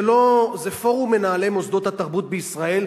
זה פורום מנהלי מוסדות התרבות בישראל,